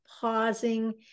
pausing